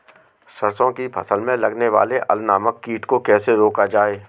सरसों की फसल में लगने वाले अल नामक कीट को कैसे रोका जाए?